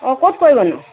অঁ ক'ত কৰিবনো